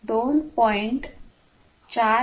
4 ते 2